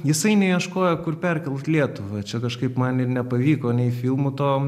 jisai neieškojo kur perkelt lietuvą čia kažkaip man ir nepavyko nei filmų to